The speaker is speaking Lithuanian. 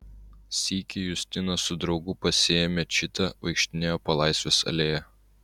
sykį justina su draugu pasiėmę čitą vaikštinėjo po laisvės alėją